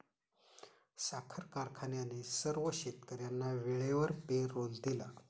साखर कारखान्याने सर्व शेतकर्यांना वेळेवर पेरोल दिला